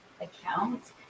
account